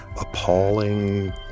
appalling